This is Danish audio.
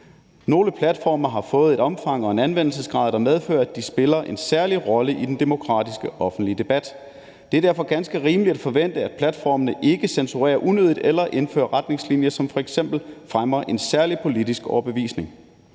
Nogle platforme har fået et omfang og en anvendelsesgrad, der medfører, at de spiller en særlig rolle i den demokratiske offentlige debat. Det er derfor ganske rimeligt at forvente, at platformene ikke censurerer unødigt eller indfører retningslinjer, som f.eks. fremmer en særlig politisk overbevisning.